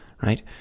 right